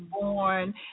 born